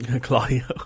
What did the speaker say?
Claudio